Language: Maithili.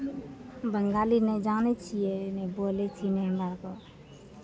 बंगाली नहि जानै छियै नहि बोलै छियै नहि हमरा आरके